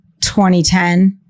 2010